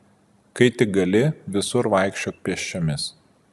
kai tik gali visur vaikščiok pėsčiomis